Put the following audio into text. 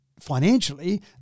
Financially